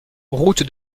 route